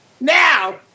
Now